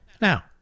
now